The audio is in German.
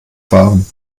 fahren